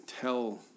tell